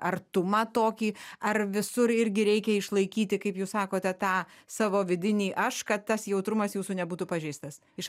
artumą tokį ar visur irgi reikia išlaikyti kaip jūs sakote tą savo vidinį aš kad tas jautrumas jūsų nebūtų pažeistas iš